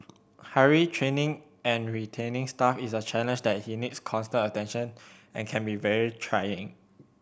hiring training and retaining staff is a challenge that he needs constant attention and can be very trying